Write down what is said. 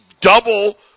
Double